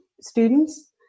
students